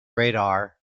radar